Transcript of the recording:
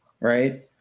right